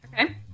Okay